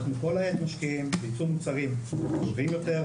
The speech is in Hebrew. אנחנו כל העת משקיעים בייצור מוצרים טובים יותר,